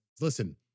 listen